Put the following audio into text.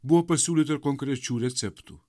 buvo pasiūlyta ir konkrečių receptų